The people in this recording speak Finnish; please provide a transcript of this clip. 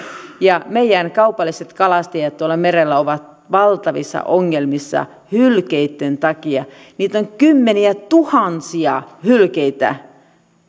ja meidän kaupalliset kalastajat tuolla merellä ovat valtavissa ongelmissa hylkeitten takia hylkeitä on kymmeniätuhansia